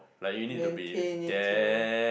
maintain it to